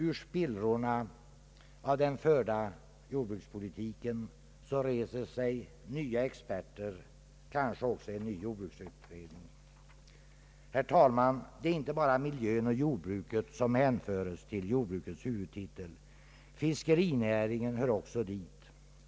Ur spillrorna av den förda jordbrukspolitiken reser sig nya experter — kanske också en ny jordbruksutredning. Herr talman! Det är inte bara miljön och jordbruket som hänförs till jordbrukets huvudtitel. Fiskerinäringen hör också dit.